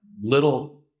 little